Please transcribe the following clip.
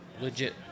Legit